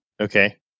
Okay